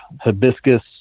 hibiscus